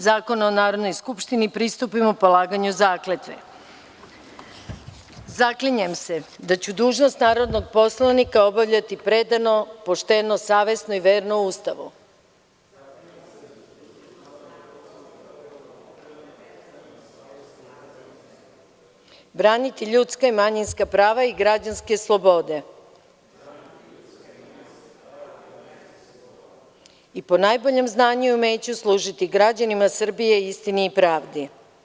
Zakona o Narodnoj skupštini pristupimo polaganju zakletve. (Predsedavajuća čita tekst zakletve, a narodni poslanik ponavlja.) "ZAKLINjEM SE DA ĆU DUŽNOST NARODNOG POSLANIKA OBAVLjATI PREDANO, POŠTENO, SAVESNO I VERNO USTAVU, BRANITI LjUDSKA I MANjINSKA PRAVA I GRAĐANSKE SLOBODE I PO NAJBOLjEM ZNANjU I UMEĆU SLUŽITI GRAĐANIMA SRBIJE, ISTINI I PRAVDI"